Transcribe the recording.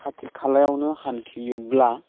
खाथि खालायावनो हान्थियोब्ला